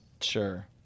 Sure